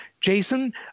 Jason